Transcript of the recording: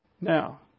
Now